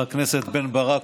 חבר הכנסת בן ברק,